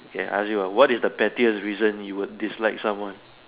ya I ask you ah what is the pettiest reason you would dislike someone